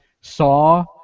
Saw